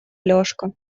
алешка